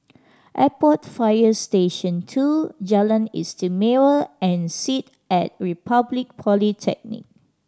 Airport Fire Station Two Jalan Istimewa and sit At Republic Polytechnic